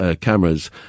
cameras